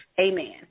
Amen